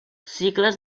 cicles